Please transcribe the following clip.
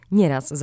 Nieraz